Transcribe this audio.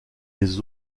des